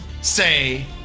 say